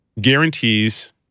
guarantees